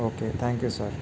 okay thank you sir